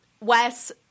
Wes